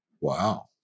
wow